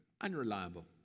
unreliable